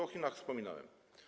O Chinach wspominałem.